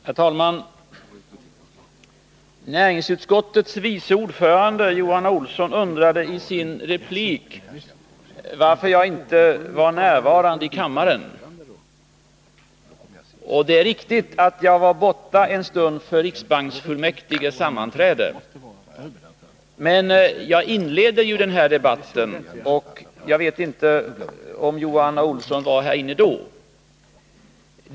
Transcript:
Herr talman! Näringsutskottets vice ordförande Johan A. Olsson undrade i sin replik varför jag inte var närvarande i kammaren. Det är riktigt att jag var borta en stund för riksbanksfullmäktiges sammanträde. Men jag inledde ju den här debatten. Jag vet inte om Johan A. Olsson var här i kammaren då.